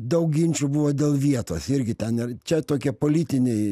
daug ginčų buvo dėl vietos irgi ten ir čia tokie politiniai